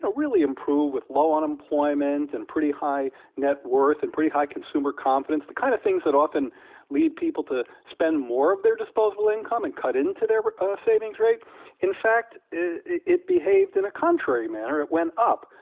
ah really improve with low unemployment and pretty high net worth and pretty high consumer confidence the kind of things that often lead people to spend more of their disposable income and cut into their but ah savings rate in fact, it it behaved in a contrary manner. it went up.